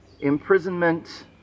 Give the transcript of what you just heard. imprisonment